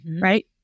right